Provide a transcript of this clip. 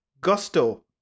Gusto